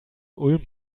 ulm